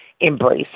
embrace